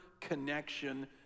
connection